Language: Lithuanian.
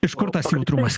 iš kur tas jautrumas